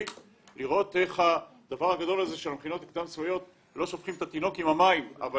לראות איך לגבי המכינות לא שופכים את התינוק עם המים אבל